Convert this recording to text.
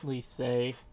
say